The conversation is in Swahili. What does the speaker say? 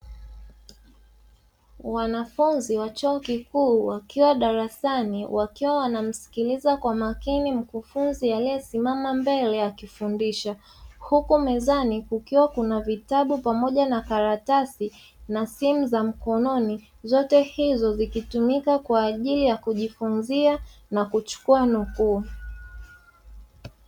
Wanafunzi wa Chuo Kikuu wakiwa darasani, wakiwa wanammsikiliza kwa makini mkufunzi aliyesimama mbele akifundisha. Huku mezani kukiwa kuna vitabu pamoja na karatasi, na simu za mkononi, zote hizo zikitumika kwa ajili ya kujifunzia na kuchukua nukuu.